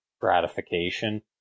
gratification